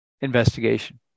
investigation